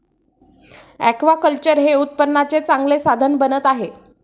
aquaculture हे उत्पन्नाचे चांगले साधन बनत आहे